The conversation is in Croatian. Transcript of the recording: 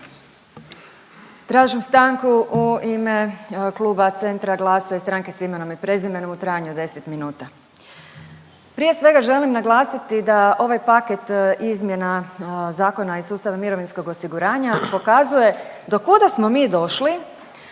Tražim stanku u ime Kluba Centra, GLAS-a i Stranke s imenom i prezimenom u trajanju od 10 minuta. Prije svega želim naglasiti da ovaj paket izmjena zakona iz sustava mirovinskog osiguranja pokazuje dokuda smo mi došli